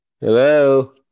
Hello